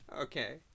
Okay